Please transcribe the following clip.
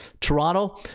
toronto